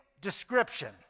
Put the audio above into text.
description